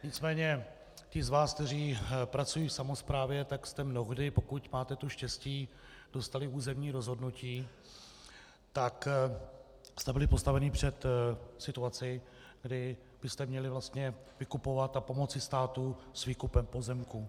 Nicméně ti z vás, kteří pracují v samosprávě, tak jste mnohdy, pokud máte to štěstí, dostali územní rozhodnutí, tak jste byli postaveni před situaci, kdy byste měli vlastně vykupovat a pomoci státu s výkupem pozemků.